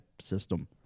system